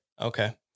Okay